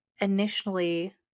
initially